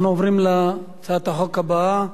אנחנו עוברים להצעת החוק הבאה: